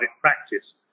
practice